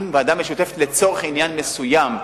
אם ועדה משותפת היא לצורך עניין מסוים,